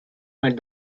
met